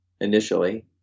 initially